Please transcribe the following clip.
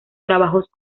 trabajos